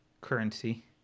currency